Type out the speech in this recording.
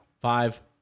five